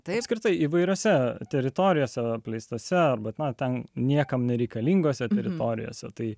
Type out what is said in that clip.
tai apskritai įvairiose teritorijose apleistose bet na tą niekam nereikalinguose teritorijose tai